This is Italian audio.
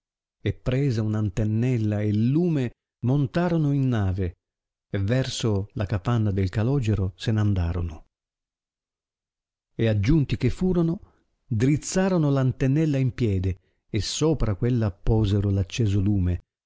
e presa un antennella e il lume montarono in nave e verso la capanna del calogero se n'andarono e aggiunti che furono drizzarono l antennella in piede e sopra quella posero l acceso lume